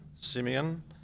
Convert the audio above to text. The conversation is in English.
Simeon